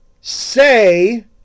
say